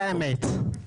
זה האמת,